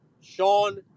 Sean